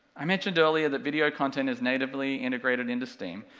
i mentioned earlier that video content is natively integrated into steam,